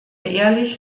ehrlich